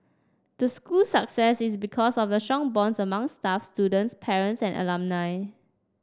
the school's success is because of the strong bonds among staff students parents and alumni